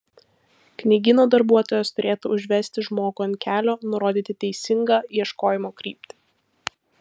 knygyno darbuotojas turėtų užvesti žmogų ant kelio nurodyti teisingą ieškojimo kryptį